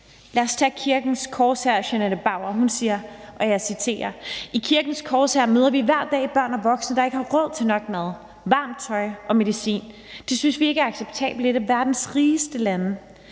Lad os tage Kirkens Korshærs Jeanette Bauer, som siger: »I Kirkens Korshær møder vi hver dag børn og voksne, der ikke har råd til nok mad, varmt tøj og medicin. Det, synes vi ikke, er acceptabelt i et af verdens rigeste lande.